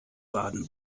baden